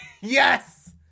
yes